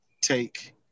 take